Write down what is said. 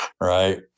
Right